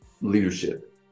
leadership